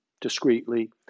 discreetly